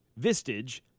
Vistage